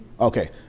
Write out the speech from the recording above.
Okay